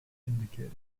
indicated